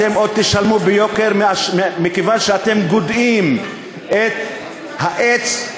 אתם עוד תשלמו ביוקר מכיוון שאתם גודעים את העץ,